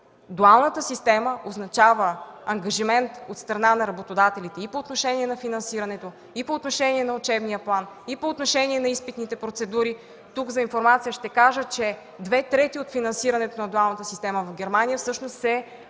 дуалната система означава ангажимент от страна на работодателите по отношение на финансирането, на учебния план и на изпитните процедури. Тук за информация ще кажа, че две трети от финансирането на дуалната система в Германия всъщност се